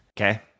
Okay